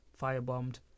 firebombed